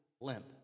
limp